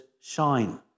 shine